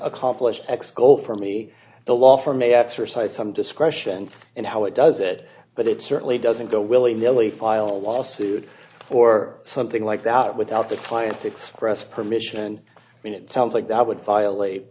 accomplish x go for me the law from a exercise some discretion and how it does it but it certainly doesn't go willy nilly file a lawsuit or something like that without the client express permission and i mean it sounds like that would violate